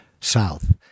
south